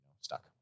stuck